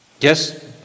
Yes